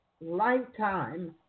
lifetime